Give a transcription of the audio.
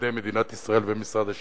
על-ידי מדינת ישראל ומשרד השיכון,